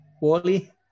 Wally